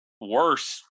worse